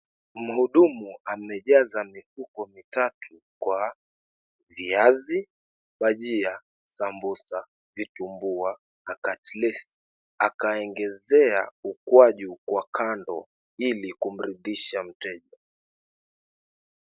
Mhudumu amejaza mifuko mitatu kwa viazi, bajia, sambusa, vitumbua na katlesi akaegezea ukwaju kwa kando ili kumridhisha mteja.